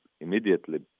immediately